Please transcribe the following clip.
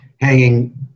hanging